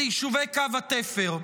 ליישובי קו התפר.